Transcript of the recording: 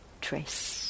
trace